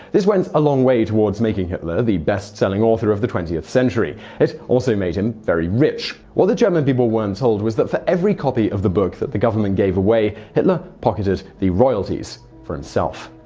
this went a long way towards making hitler the best-selling author of the twentieth century. it also made him very rich. what the german people weren't told was that for every copy of the book the government gave away, hitler pocketed the royalties for himself.